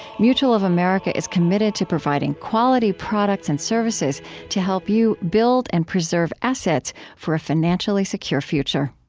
mutual of america is committed to providing quality products and services to help you build and preserve assets for a financially secure future